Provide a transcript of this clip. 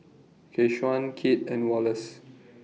Keshaun Kit and Wallace